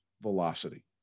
velocity